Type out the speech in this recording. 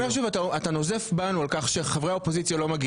אתה נוזף בנו על כך שחברי האופוזיציה לא מגיעים.